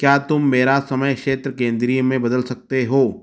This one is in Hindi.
क्या तुम मेरा समय क्षेत्र केंद्रीय में बदल सकते हो